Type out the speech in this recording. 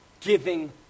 giving